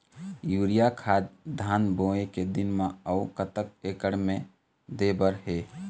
Urea खाद धान बोवे के दिन म अऊ कतक एकड़ मे दे बर हे?